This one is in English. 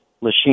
Lachine